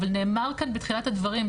אבל נאמר כאן בתחילת הדברים,